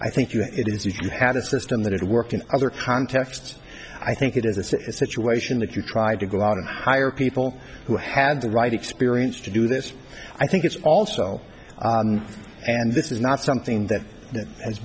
i think it is you had a system that it worked in other contexts i think it is a situation that you tried to go out and hire people who had the right experience to do this i think it's also and this is not something that has